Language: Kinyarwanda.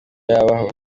yabaho